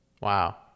wow